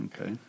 Okay